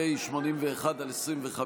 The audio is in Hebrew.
פ/81/25,